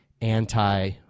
anti